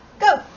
Go